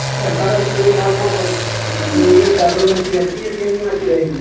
اچھا سر ایک معلومات اور یہ کرنی ہے کہ پٹرول میں اچھی رہتی ہے یا سی این جی میں اچھی رہے گی